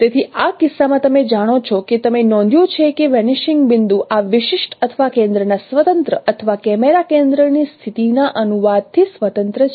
તેથી આ કિસ્સામાં તમે જાણો છો કે તમે નોંધ્યું છે કે વેનીશિંગ બિંદુ આ વિશિષ્ટ અથવા કેન્દ્રના સ્વતંત્ર અથવા કેમેરા કેન્દ્રની સ્થિતિના અનુવાદથી સ્વતંત્ર છે